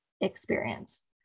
experience